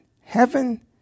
heaven